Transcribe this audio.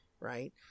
Right